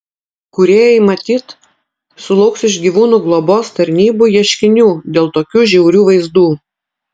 kūrėjai matyt sulauks iš gyvūnų globos tarnybų ieškinių dėl tokių žiaurių vaizdų